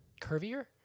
curvier